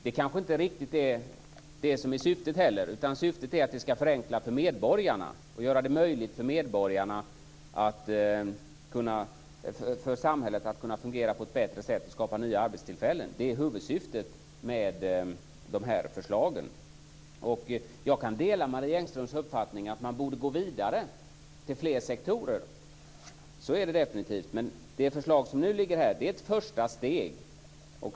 Det kanske inte heller riktigt är syftet, utan syftet är att det skall förenkla för medborgarna och göra det möjligt för samhället att fungera på ett bättre sätt och skapa nya arbetstillfällen. Det är huvudsyftet med dessa förslag. Jag kan dela Marie Engströms uppfattning att man borde gå vidare till fler sektorer. Så är det definitivt. Men det förslag som nu föreligger är ett första steg.